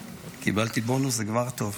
קיבלתי בונוס, זה כבר טוב.